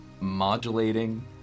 modulating